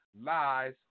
lies